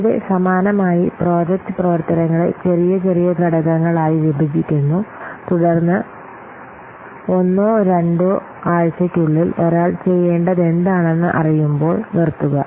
ഇവിടെ സമാനമായി പ്രോജക്റ്റ് പ്രവർത്തനങ്ങളെ ചെറിയ ചെറിയ ഘടകങ്ങളായി വിഭജിക്കുന്നു തുടർന്ന് ഒന്നോ രണ്ടോ ആഴ്ചയ്ക്കുള്ളിൽ ഒരാൾ ചെയ്യേണ്ടതെന്താണെന്ന് അറിയുമ്പോൾ നിർത്തുക